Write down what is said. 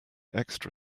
extra